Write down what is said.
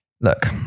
Look